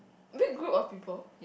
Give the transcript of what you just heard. big group of people